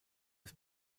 des